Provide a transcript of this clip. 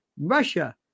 Russia